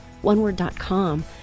oneword.com